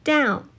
Down